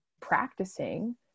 practicing